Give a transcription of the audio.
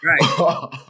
Right